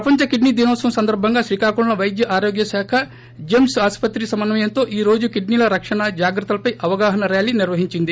ప్రపంచ కిడ్నీ దినోత్సవం సందర్భంగా శ్రీకాకుళంలో పైద్య ఆరోగ్య శాఖ జేమ్ప్ ఆసుపత్రి సమన్యంతో ఈ రోజు కిడ్సీలోరకణ జాగ్రత్తలపై అవగాహన ర్యాలీ నిర్వహించింది